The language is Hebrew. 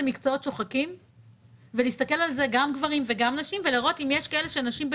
מקצועות שוחקים ולהסתכל גם על גברים וגם על נשים,